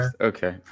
Okay